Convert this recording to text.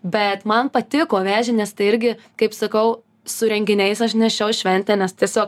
bet man patiko vežė nes tai irgi kaip sakau su renginiais aš nešiau šventę nes tiesiog